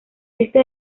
este